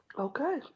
Okay